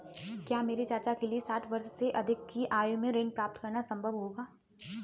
क्या मेरे चाचा के लिए साठ वर्ष से अधिक की आयु में ऋण प्राप्त करना संभव होगा?